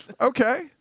Okay